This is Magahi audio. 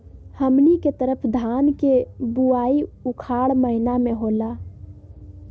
हमनी के तरफ धान के बुवाई उखाड़ महीना में होला